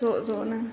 ज' ज'नो